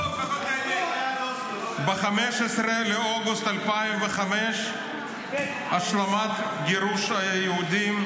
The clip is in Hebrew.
ב-15 באוגוסט 2005 השלמת גירוש היהודים.